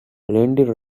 indy